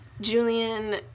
Julian